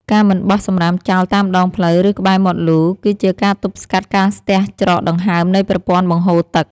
ការមិនបោះសំរាមចោលតាមដងផ្លូវ ឬក្បែរមាត់លូ គឺជាការទប់ស្កាត់ការស្ទះច្រកដង្ហើមនៃប្រព័ន្ធបង្ហូរទឹក។